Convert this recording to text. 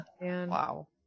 wow